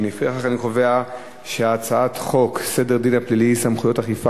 לפיכך אני קובע שהצעת חוק סדר הדין הפלילי (סמכויות אכיפה,